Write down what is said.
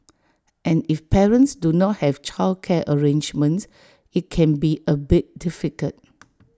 and if parents do not have childcare arrangements IT can be A bit difficult